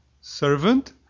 servant